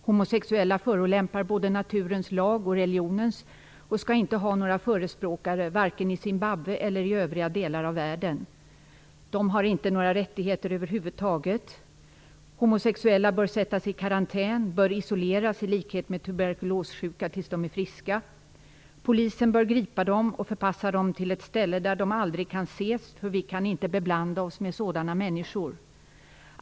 Homosexuella förolämpar både naturens lag och religionens och skall inte ha några förespråkare, varken i Zimbabwe eller i övriga delar av världen. De har inte några rättigheter över huvud taget. Homosexuella bör sättas i karantän, bör isoleras i likhet med tuberkulossjuka tills de är friska. Polisen bör gripa dem och förpassa dem till ett ställe där de aldrig kan ses, för vi kan inte beblanda oss med sådana människor.